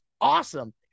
awesome